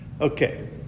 Okay